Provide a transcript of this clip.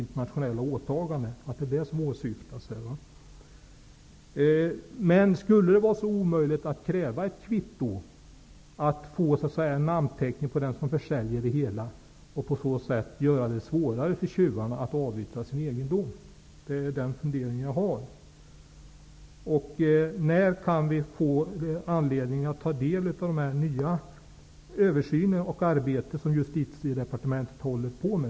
Jag vill ställa följande frågor: Skulle det vara omöjligt att kräva ett kvitto med en namnteckning från den som försäljer varan, så att det blir svårare för tjuvarna att avyttra den? När får vi tillgång till resultatet av det nya översynsarbete som Justitiedepartementet bedriver?